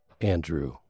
Andrew